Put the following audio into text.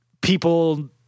people